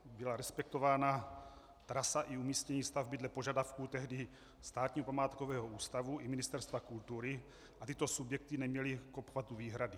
Byla respektována trasa i umístění stavby dle požadavků tehdy Státního památkového ústavu i Ministerstva kultury a tyto subjekty neměly k obchvatu výhrady.